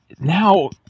Now